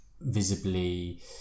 visibly